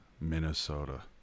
Minnesota